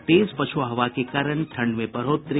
और तेज पछुआ हवा के कारण ठंड में बढ़ोतरी